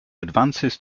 advances